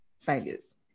failures